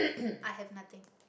i have nothing